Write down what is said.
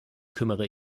kümmere